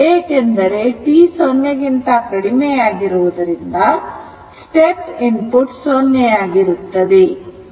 ಏಕೆಂದರೆ t0 ಆಗಿರುವುದರಿಂದ step input ಸೊನ್ನೆ ಆಗಿರುತ್ತದೆ